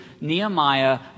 Nehemiah